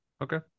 Okay